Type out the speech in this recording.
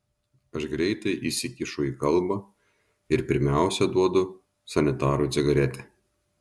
aš greitai įsikišu į kalbą ir pirmiausia duodu sanitarui cigaretę